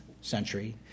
century